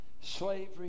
Slavery